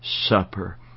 supper